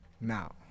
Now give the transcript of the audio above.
now